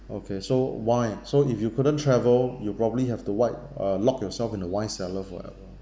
okay so wine so if you couldn't travel you probably have to wipe uh lock yourself in the wine cellar forever